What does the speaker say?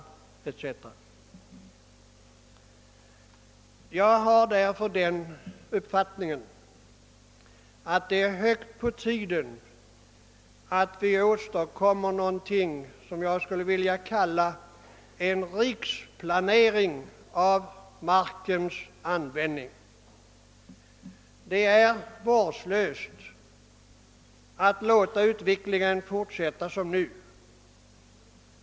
Jag har den uppfattningen, att det är hög tid att vi åstadkommer vad jag skulle vilja kalla en riksplanering för markens användning. Det är vårdslöst att låta utvecklingen fortsätta som nu.